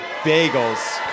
bagels